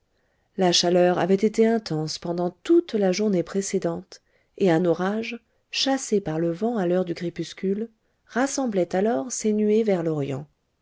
la chaleur avait été intense pendant toute la journée précédente et un orage chassé par le vent à l'heure du crépuscule rassemblait alors ses nuées vers l'orient